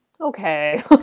Okay